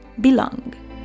Belong